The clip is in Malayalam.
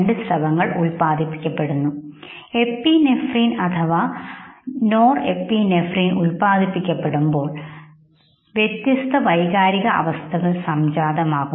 എന്നീ സ്രവങ്ങൾ ഉൽപ്പാദിപ്പിക്കപ്പെടുന്നു എപ്പിനെഫ്രിൻ അല്ലെങ്കിൽ നോർ എപ്പി നെഫ്രിൻ ഉത്പാദിപ്പിക്കുമ്പോൾ അവ വ്യത്യസ്ത വൈകാരികാവസ്ഥകൾ സംജാതമാകുന്നു